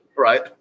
right